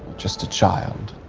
just a child.